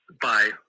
Bye